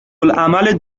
العمل